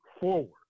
forward